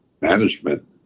management